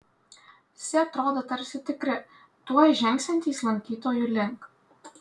visi atrodo tarsi tikri tuoj žengsiantys lankytojų link